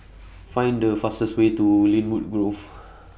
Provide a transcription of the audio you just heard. Find The fastest Way to Lynwood Grove